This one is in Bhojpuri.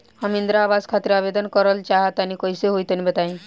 हम इंद्रा आवास खातिर आवेदन करल चाह तनि कइसे होई तनि बताई?